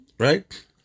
Right